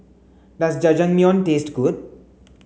does Jajangmyeon taste good